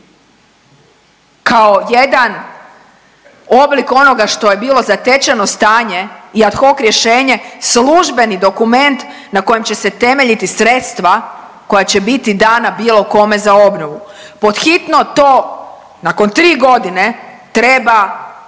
kao jedan oblik onoga što je bilo zatečeno stanje i ad hoc rješenje službeni dokument na kojem će se temeljiti sredstva koja će biti dana bilo kome za obnovu. Pod hitno to, nakon 3 godine treba